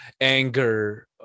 anger